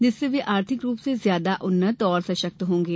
जिससे वे आर्थिक रूप से ज्यादा उन्नत और सशक्त होंगे